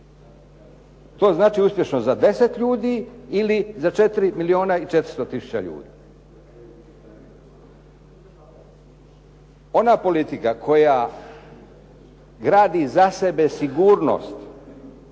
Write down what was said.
To znači uspješno za deset ljudi ili za 4 milijuna i 400 tisuća ljudi? Ona politika koja gradi za sebe sigurnost